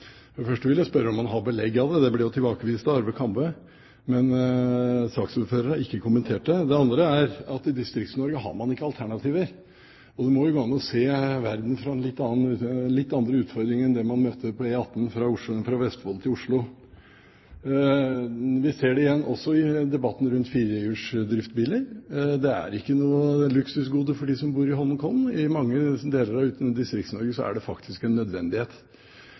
For det første vil jeg spørre om han har belegg for det – det ble jo tilbakevist av Arve Kambe – men saksordføreren har ikke kommentert det. Det andre er at i Distrikts-Norge har man ikke alternativer. Det må jo gå an å se verden fra en litt annen vinkel enn bare å se dem man møter på E18 fra Vestfold til Oslo. Vi ser det også i debatten rundt firehjulsdrevne biler. Det er ikke noe luksusgode for dem som bor i Holmenkollen; i mange deler av Distrikts-Norge er det faktisk en nødvendighet.